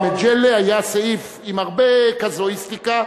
במג'לה היה סעיף עם הרבה קזואיסטיקה,